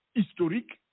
historique